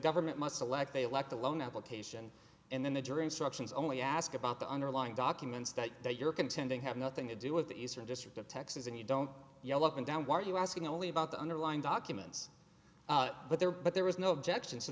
government must elect they elect a loan application and then the jury instructions only ask about the underlying documents that you're contending have nothing to do with the eastern district of texas and you don't yell up and down why are you asking only about the underlying documents but there but there was no objection so